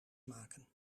maken